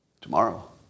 tomorrow